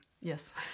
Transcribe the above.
Yes